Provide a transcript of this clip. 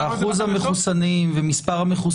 אחוז המפורסמים ומספרים.